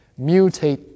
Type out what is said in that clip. mutate